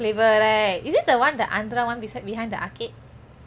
flavour right is it the one the andhra one beside behind the arcade